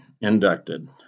inducted